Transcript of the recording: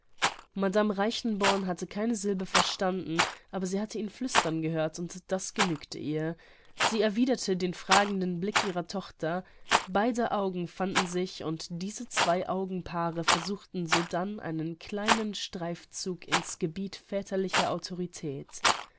madame reichenborn hatte keine silbe verstanden aber sie hatte ihn flüstern gehört und das genügte ihr sie erwiderte den fragenden blick ihrer tochter beider augen fanden sich und diese zwei augenpaare versuchten sodann einen kleinen streifzug in's gebiet väterlicher autorität